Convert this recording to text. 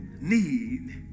need